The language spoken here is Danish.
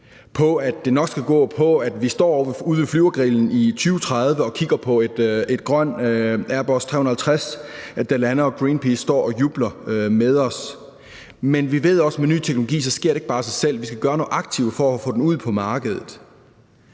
på, at det nok skal gå, og på, at vi står ude ved Flyvergrillen i 2030 og kigger på en grøn Airbus 360, der lander, og Greenpeace står og jubler med os. Men vi ved også, at det med ny teknologi ikke bare sker af sig selv. Vi skal gøre noget aktivt for at få den ud på markedet,